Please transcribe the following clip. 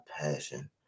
passion